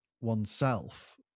oneself